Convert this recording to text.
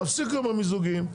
תפסיקו עם המיזוגים,